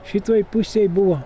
šitoj pusėj buvo